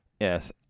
Yes